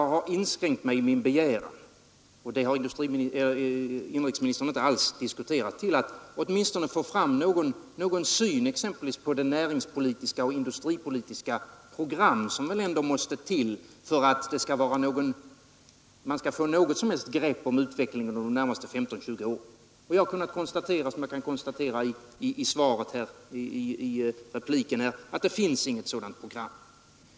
Jag har inskränkt min begäran till — men det har inrikesministern inte alls diskuterat — att få fram åtminstone någon syn på exempelvis de näringspolitiska och industripolitiska program som väl ändå måste till för att man skall få något som helst begrepp om utvecklingen under de närmaste 15—20 åren. Jag konstaterar nu, liksom jag kunde göra i repliken, att det inte finns något sådant program.